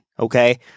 Okay